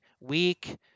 weak